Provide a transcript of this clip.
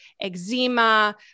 eczema